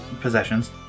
possessions